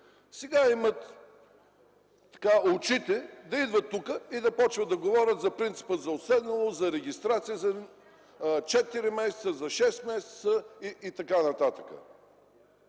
сега имат очите да идват и да започват да говорят за принципа за уседналост, за регистрация за 4 месеца, за 6 месеца и т.н...